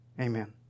amen